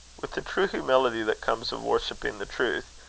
with the true humility that comes of worshipping the truth,